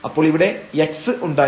അപ്പോൾ ഇവിടെ x ഉണ്ടായിരുന്നു